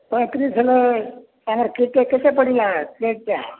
ସଇଁତିରିଶି ହେଲେ ତମର କେତେ କେତେ ପଡ଼ିଲା ଚେକ୍ଟା